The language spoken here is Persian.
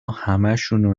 همشونو